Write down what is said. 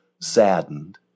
saddened